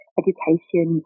education